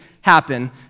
happen